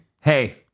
Hey